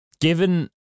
given